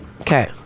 Okay